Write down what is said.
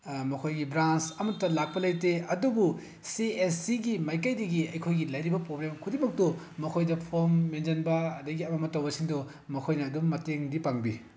ꯃꯈꯣꯏꯒꯤ ꯕ꯭ꯔꯥꯟꯁ ꯑꯃꯠꯇ ꯂꯥꯛꯄ ꯂꯩꯇꯦ ꯑꯗꯨꯕꯨ ꯁꯤ ꯑꯦꯁ ꯁꯤꯒꯤ ꯃꯥꯏꯀꯩꯗꯒꯤ ꯑꯩꯈꯣꯏꯒꯤ ꯂꯩꯔꯤꯕ ꯄ꯭ꯔꯣꯕ꯭ꯂꯦꯝ ꯈꯨꯗꯤꯡꯃꯛꯇꯣ ꯃꯈꯣꯏꯗ ꯐꯣꯝ ꯃꯦꯟꯁꯤꯟꯕ ꯑꯗꯒꯤ ꯑꯃ ꯑꯃ ꯇꯧꯕꯁꯤꯡꯗꯣ ꯃꯈꯣꯏꯅ ꯑꯗꯨꯝ ꯃꯇꯦꯡꯗꯤ ꯄꯥꯡꯕꯤ